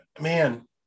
man